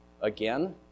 again